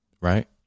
Right